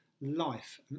life